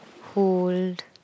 Hold